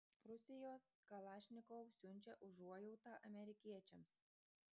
rusijos kalašnikov siunčia užuojautą amerikiečiams